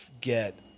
get –